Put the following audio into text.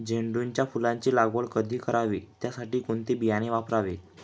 झेंडूच्या फुलांची लागवड कधी करावी? त्यासाठी कोणते बियाणे वापरावे?